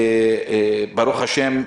ברוך השם,